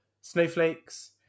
snowflakes